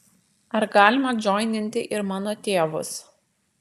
ar galima džoininti ir mano tėvus